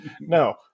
no